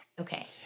Okay